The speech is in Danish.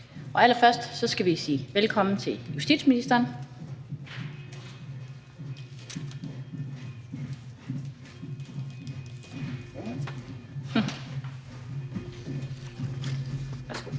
Allerførst skal vi sige velkommen til justitsministeren. Værsgo.